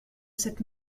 cette